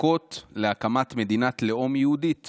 להצדקות להקמת מדינת לאום יהודית